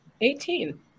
Eighteen